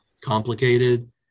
complicated